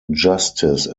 justice